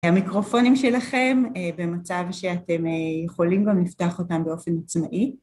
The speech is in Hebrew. המיקרופונים שלכם, במצב שאתם יכולים גם לפתוח אותם באופן עצמאי.